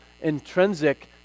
intrinsic